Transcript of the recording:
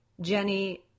Jenny